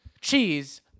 Cheese